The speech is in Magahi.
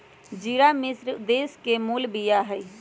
ज़िरा मिश्र देश के मूल बिया हइ